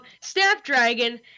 Snapdragon